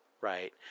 Right